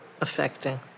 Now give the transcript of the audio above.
affecting